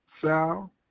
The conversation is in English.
Sal